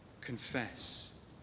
Confess